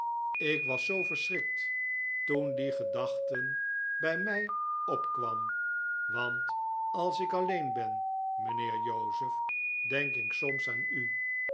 ik was zoo verschrikt toen die gedachten bij mij opkwam want als ik alleen ben mijnheer joseph denk ik soms aan u